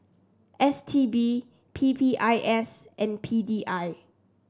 S T B P P I S and P D I